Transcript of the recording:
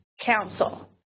Council